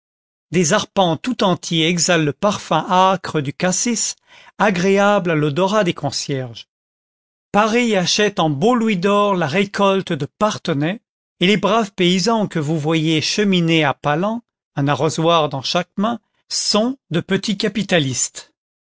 des arpents tout entiers exhalent le parfuffi acre du cassis agréable à l'odorat des concierges paris achète eh beaux louis d'or la récolte de parthenay et les braves paysans que vous voyez cheminer à pas lents un arrosoir dans chaque main sont de petits capitalistes